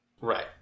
Right